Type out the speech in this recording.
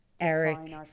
Eric